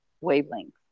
wavelength